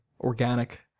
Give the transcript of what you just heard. organic